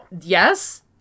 yes